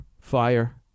fire